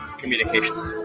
communications